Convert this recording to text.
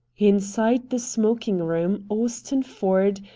inside the smoking-room austin ford,